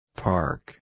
Park